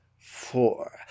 Four